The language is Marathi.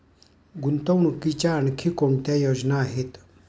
गुंतवणुकीच्या आणखी कोणत्या योजना आहेत?